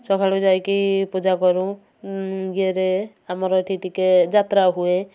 ସକାଳୁ ଯାଇକି ପୂଜା କରୁ ଇଏରେ ଆମର ଏଠି ଟିକେ ଯାତ୍ରା ହୁଏ